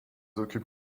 occupe